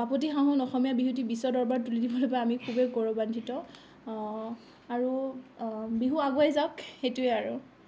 বাপতিসাহোন অসমীয়া বিহুটি বিশ্ব দৰবাৰত তুলি দিবলৈ পাই আমি খুবেই গৌৰৱান্বিত আৰু বিহু আগুৱাই যাওক সেইটোৱেই আৰু